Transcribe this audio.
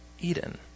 Eden